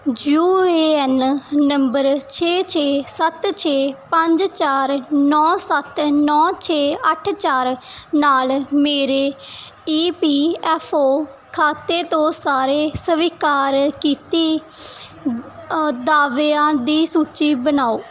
you A N number ਛੇ ਛੇ ਸੱਤ ਛੇ ਪੰਜ ਚਾਰ ਨੌਂ ਸੱਤ ਨੌਂ ਛੇ ਅੱਠ ਚਾਰ ਨਾਲ ਮੇਰੇ ਈ ਪੀ ਐੱਫ ਓ ਖਾਤੇ ਤੋਂ ਸਾਰੇ ਸਵੀਕਾਰ ਕੀਤੇ ਦਾਅਵਿਆਂ ਦੀ ਸੂਚੀ ਬਣਾਓ